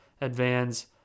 advance